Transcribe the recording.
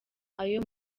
ayo